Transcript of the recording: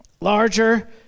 larger